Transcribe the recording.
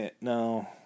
No